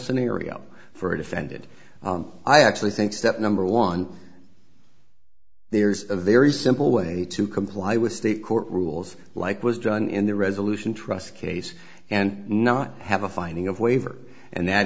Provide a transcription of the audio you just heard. scenario for defended i actually think step number one there's a very simple way to comply with the court rules like was done in the resolution trust case and not have a finding of waiver and that